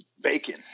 Bacon